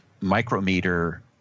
micrometer